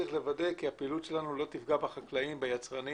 צריך לוודא כי הפעילות שלנו לא תפגע בחקלאים וביצרנים